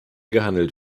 gehandelt